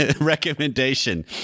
recommendation